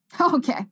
Okay